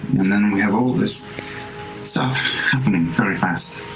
and then we have all this stuff happening very fast